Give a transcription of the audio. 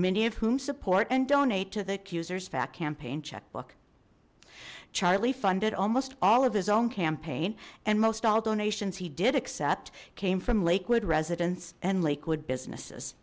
many of whom support and donate to the accusers fat campaign checkbook charlie funded almost all of his own campaign and most all donation he did accept came from lakewood residents and lakewood businesses